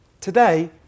Today